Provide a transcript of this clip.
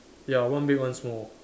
ya one big one small